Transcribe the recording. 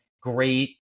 Great